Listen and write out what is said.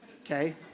okay